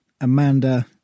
Amanda